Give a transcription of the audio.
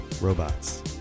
robots